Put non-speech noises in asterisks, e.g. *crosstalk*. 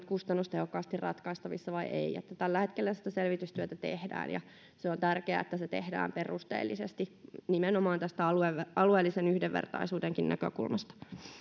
*unintelligible* kustannustehokkaasti ratkaistavissa vai eivät tällä hetkellä sitä selvitystyötä tehdään ja on tärkeää että se tehdään perusteellisesti nimenomaan tästä alueellisen yhdenvertaisuudenkin näkökulmasta